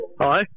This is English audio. Hi